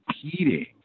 competing